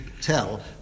tell